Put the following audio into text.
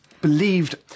believed